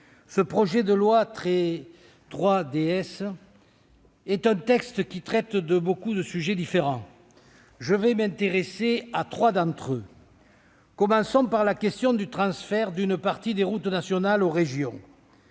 le projet de loi 3DS traite de beaucoup de sujets différents. Je vais m'intéresser à trois d'entre eux. Commençons par la question du transfert d'une partie des routes nationales aux régions.